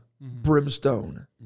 brimstone